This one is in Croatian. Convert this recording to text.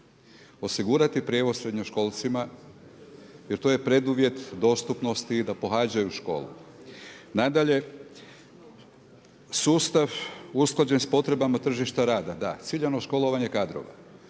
osigurati prijevoz srednjoškolcima jer to je preduvjet dostupnosti i da pohađaju školu. Nadalje, sustav usklađen s potrebama tržišta rada. Da, ciljano školovanje kadrova.